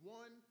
one